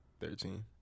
Thirteen